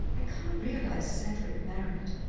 i can't realize cedric married.